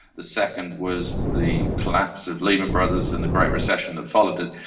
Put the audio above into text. the second was the collapse of lehman brothers and the great recession that followed it,